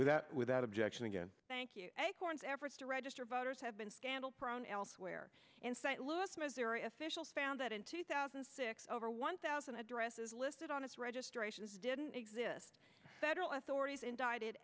without without objection again thank you acorn's efforts to register voters have been scandal prone elsewhere in st louis missouri officials found that in two thousand and six over one thousand addresses listed on its registrations didn't exist federal authorities indicted